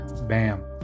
Bam